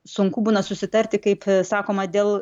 sunku būna susitarti kaip sakoma dėl